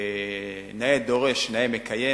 ונאה דורש נאה מקיים.